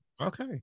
okay